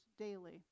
daily